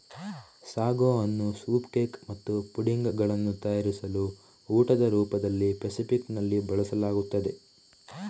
sago ಅನ್ನು soup cake ಮತ್ತು pudding ಗಳನ್ನು ತಯಾರಿಸಲು ಊಟದ ರೂಪದಲ್ಲಿ ಫೆಸಿಫಿಕ್ ನಲ್ಲಿ ಬಳಸಲಾಗುತ್ತದೆ